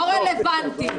לא רלוונטי.